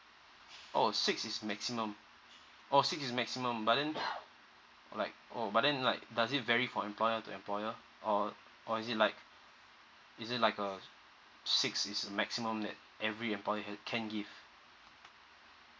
oh six is maximum orh six maximum but then like oh but then like does it vary from employer to employer or or is it like is it like uh six is a maximum that every employer can give